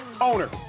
Owner